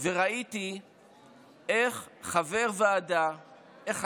וראיתי איך חבר ועדה אחד